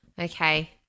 Okay